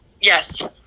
yes